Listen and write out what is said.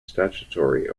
statutory